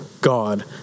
God